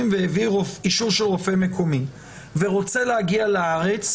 והביא אישור של רופא מקומי ורוצה להגיע לארץ